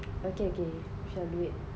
okay okay we shall do it